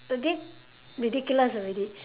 a bit ridiculous already